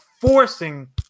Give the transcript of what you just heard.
forcing